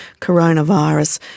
coronavirus